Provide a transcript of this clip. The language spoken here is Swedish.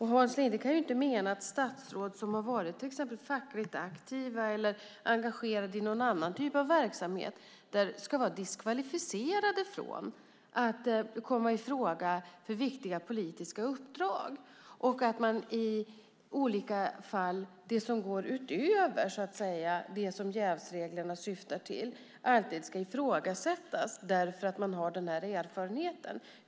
Hans Linde kan inte mena att statsråd som exempelvis har varit fackligt aktiva eller engagerade i någon annan typ av verksamhet ska vara diskvalificerade från att komma i fråga för viktiga politiska uppdrag och att det som går utöver det som jävsreglerna syftar till alltid ska ifrågasättas därför att man har den här erfarenheten.